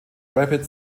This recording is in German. rapid